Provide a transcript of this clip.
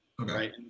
right